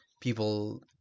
People